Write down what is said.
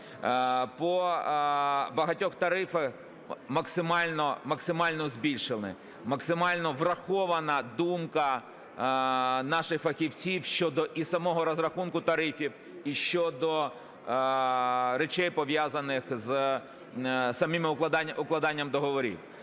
По багатьох тарифи максимально збільшені. Максимально врахована думка наших фахівців щодо і самого розрахунку тарифів і щодо речей, пов'язаних з самим укладанням договорів.